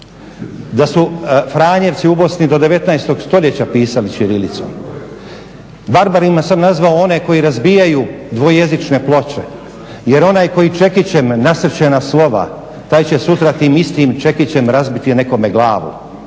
da su Franjevci u Bosni do 19. stoljeća pisali ćirilicom. Barbarima sam nazvao one koji razbijaju dvojezične ploče. Jer onaj koji čekićem nasrće na slova taj će sutra tim istim čekićem razbiti nekome glavu.